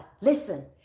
Listen